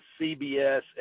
CBS